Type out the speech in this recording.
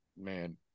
man